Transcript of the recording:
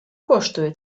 коштує